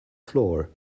floor